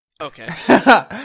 Okay